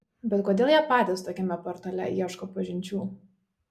bet kodėl jie patys tokiame portale ieško pažinčių